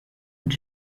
und